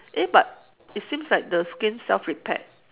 eh but it seems like the skin self repaired